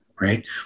right